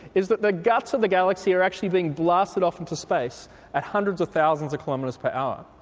is that the guts of the galaxy are actually being blasted off into space at hundreds of thousands of kilometres per hour.